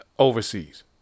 Overseas